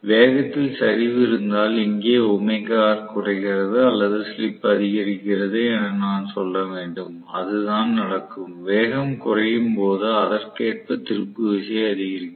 வேகத்தில் சரிவு இருந்தால் இங்கே குறைகிறது அல்லது ஸ்லிப் அதிகரிக்கிறது என நான் சொல்ல வேண்டும் அதுதான் நடக்கும் வேகம் குறையும் போது அதற்கேற்ப திருப்பு விசை அதிகரிக்கும்